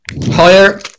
higher